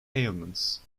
ailments